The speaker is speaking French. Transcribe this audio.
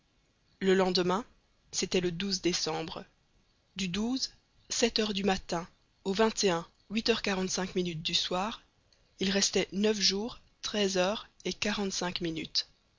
le lendemain c'était le décembre du sept heures du matin au huit heures quarante-cinq minutes du soir il restait neuf jours treize heures et quarante-cinq minutes